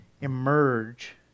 emerge